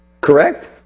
Correct